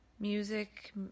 Music